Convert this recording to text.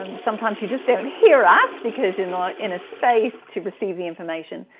um sometimes you just don't hear us because you're not in a space to receive the information.